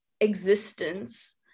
existence